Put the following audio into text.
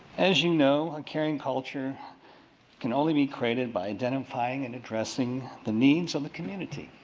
as you know a caring culture can only be created by identifying and addressing the needs of the community.